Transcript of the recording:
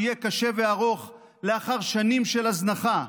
שיהיה קשה וארוך לאחר שנים של הזנחה,